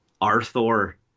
Arthur